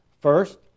First